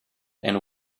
and